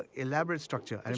elaborate structure. and